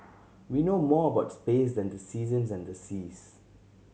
we know more about space than the seasons and the seas